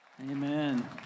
Amen